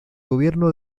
gobierno